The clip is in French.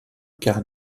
quart